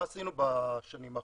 מה עשינו בשנים האחרונות?